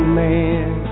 man